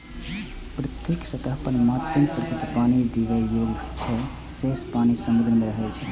पृथ्वीक सतह पर मात्र तीन प्रतिशत पानि पीबै योग्य होइ छै, शेष पानि समुद्र मे रहै छै